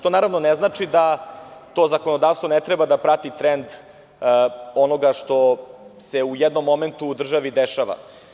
To naravno ne znači da to zakonodavstvo ne treba da prati trend onoga što se u jednom momentu u državi dešava.